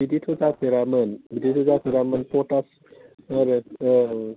बिदिथ' जाफेरामोन बिदिथ' जाफेरामोन पटास